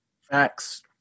Facts